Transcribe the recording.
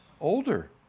older